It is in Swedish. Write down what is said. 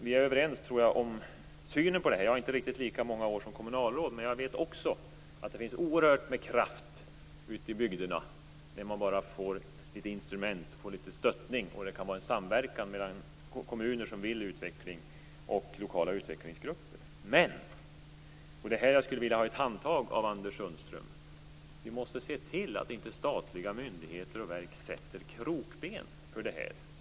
Jag tror att vi är överens om synen på det här. Jag har inte riktigt lika många år som kommunalråd, men jag vet också att det finns oerhört mycket kraft ute i bygderna om man bara får litet instrument, litet stöttning. Det kan vara en samverkan mellan kommuner som vill utveckling och lokala utvecklingsgrupper. Men, och det är här jag skulle vilja ha ett handtag av Anders Sundström: Vi måste se till att inte statliga myndigheter och verk sätter krokben för det här.